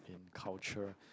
in culture